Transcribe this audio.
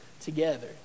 together